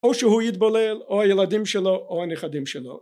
או שהוא יתבולל או הילדים שלו או הנכדים שלו